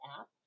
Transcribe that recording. app